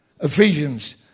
Ephesians